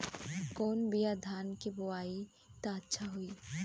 कौन बिया धान के बोआई त अच्छा होई?